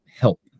help